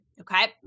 okay